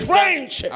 French